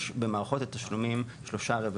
יש במערכות התשלומים שלושה רבעים.